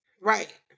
Right